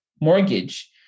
mortgage